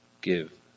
give